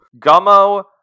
Gummo